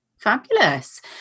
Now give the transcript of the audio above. fabulous